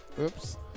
Oops